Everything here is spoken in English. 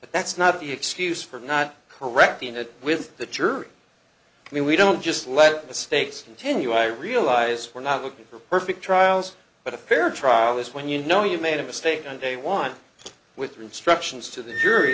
but that's not the excuse for not correct you know with the jury and we don't just let the states continue i realize we're not looking for perfect trials but a fair trial is when you know you made a mistake on day one with instructions to the jury